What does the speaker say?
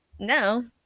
No